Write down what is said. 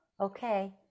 Okay